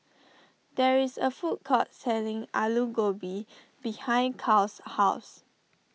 there is a food court selling Alu Gobi behind Kyle's house